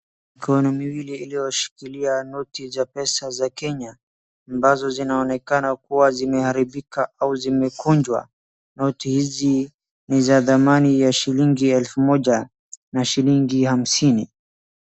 Mikono miwili iliyoshikilia noti za pesa za Kenya ambazo zinaonekana kuwa zimeharibika au zimekunjwa. Noti hizi ni za thamani ya shilingi elfu moja na shilingi hamsini.